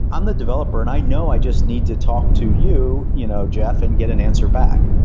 i'm the developer and i know i just need to talk to you you know jeff and get an answer back.